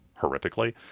horrifically